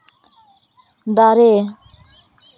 ᱫᱟᱨᱮ